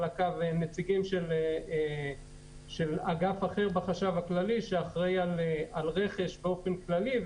הקו נציגים של אגף אחר בחשב הכללי שאחראי לרכש באופן כללי.